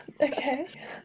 okay